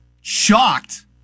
shocked